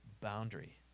boundary